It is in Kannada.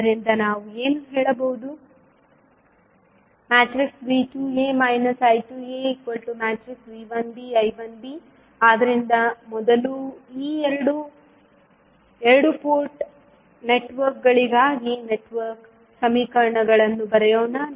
ಇದರಿಂದ ನಾವು ಏನು ಹೇಳಬಹುದು V2a I2a V1b I1b ಆದ್ದರಿಂದ ಮೊದಲು ಈ ಎರಡು ಎರಡು ಪೋರ್ಟ್ ನೆಟ್ವರ್ಕ್ಗಳಿಗಾಗಿ ನೆಟ್ವರ್ಕ್ ಸಮೀಕರಣಗಳನ್ನು ಬರೆಯೋಣ